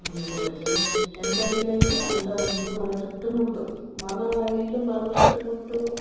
అందుకొరకే ఎంత వీలైతే అంత మంచి మన చుట్టు ముట్టు మన ఇల్లు మనం చుట్టుముట్టు